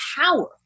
power